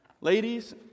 Ladies